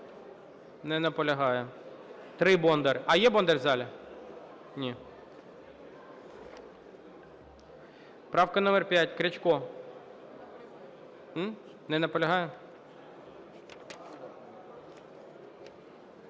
Не наполягає. 3, Бондар. А є Бондар в залі? Ні. Правка номер 5, Плачкова. Не наполягає?